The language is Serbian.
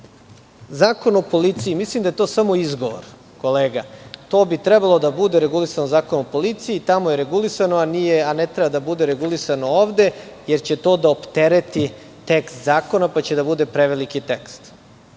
o policiji - mislim da je to samo izgovor, kolega. To bi trebalo da bude regulisano Zakonom o policiji, tamo je regulisano, a ne treba da bude regulisano ovde, jer će to da optereti tekst zakona pa će da bude preveliki tekst.